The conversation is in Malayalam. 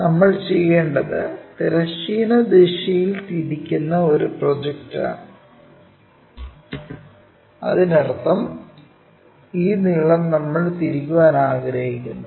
നമ്മൾ ചെയ്യേണ്ടത് തിരശ്ചീന ദിശയിൽ തിരിക്കുന്ന ഒരു പ്രോജക്റ്റാണ് അതിനർത്ഥം ഈ നീളം നമ്മൾ തിരിക്കാൻ ആഗ്രഹിക്കുന്നു